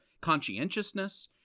conscientiousness